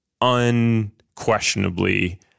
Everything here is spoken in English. unquestionably